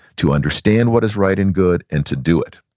to understand what is right and good, and to do it.